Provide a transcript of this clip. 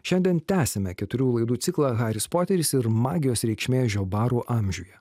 šiandien tęsiame keturių laidų ciklą haris poteris ir magijos reikšmė žiobarų amžiuje